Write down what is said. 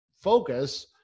focus